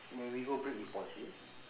when we go break you pause it